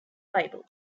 bible